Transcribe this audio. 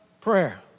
prayer